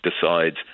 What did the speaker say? decides